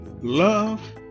love